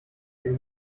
den